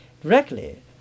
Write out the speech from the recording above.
directly